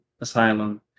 Asylum